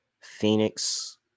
Phoenix